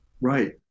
Right